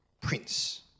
prince